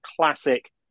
classic